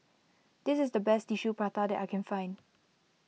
this is the best Tissue Prata that I can find